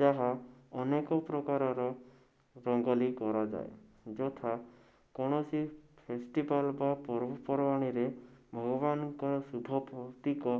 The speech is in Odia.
ଯାହା ଅନେକ ପ୍ରକାରର ରଙ୍ଗୋଲି କରାଯାଏ ଯଥା କୌଣସି ଫେସ୍ଟିଭାଲ ବା ପର୍ବପର୍ବାଣୀରେ ଭଗବାନଙ୍କର ଶୁଭ ଭୌତିକ